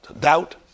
Doubt